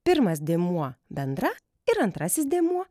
pirmas dėmuo bendra ir antrasis dėmuo